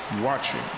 watching